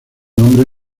nombre